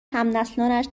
همنسلانش